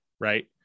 right